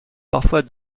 parfois